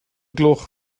gloch